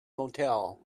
motel